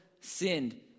sinned